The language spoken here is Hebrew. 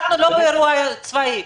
אנחנו לא באירוע צבאי.